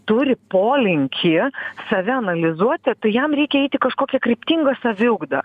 turi polinkį save analizuoti tai jam reikia eiti kažkokia kryptinga saviugda